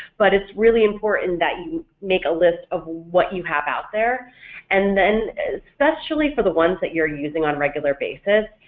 but it's really important that you make a list of what you have out there and then especially for the ones that you're using on a regular basis,